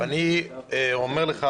אני אומר לך,